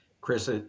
Chris